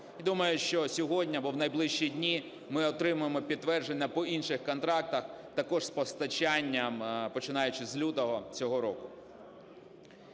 Думаю, що сьогодні або в найближчі дні ми отримаємо підтвердження по інших контрактах також з постачанням, починаючи з лютого цього року.